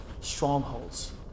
strongholds